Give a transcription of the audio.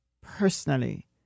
personally